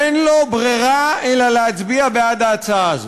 אין לו ברירה אלא להצביע בעד ההצעה הזאת.